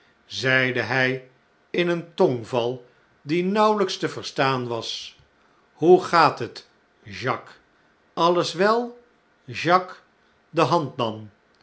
zeide hij in een tongval die nauwelijks te verstaan was hoe gaat het jacques alles wel jacques de hand dan